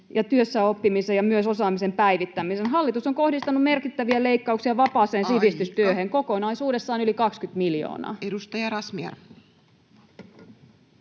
työssäoppimisen ja myös osaamisen päivittämisen. Hallitus on kohdistanut merkittäviä leikkauksia vapaaseen sivistystyöhön, [Puhemies: Aika!] kokonaisuudessaan yli 20 miljoonaa. Edustaja Razmyar.